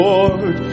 Lord